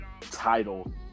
title